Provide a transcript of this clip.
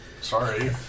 Sorry